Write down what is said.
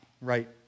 right